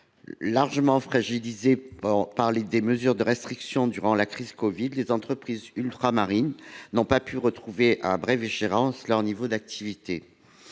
Largement fragilisées par les mesures de restriction durant la crise du covid, les entreprises ultramarines n’ont pas pu retrouver à brève échéance leur niveau d’activité.